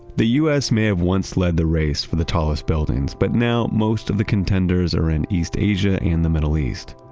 the u s. may have once led the race for the tallest buildings, but now most of the contenders are in east asia and the middle east.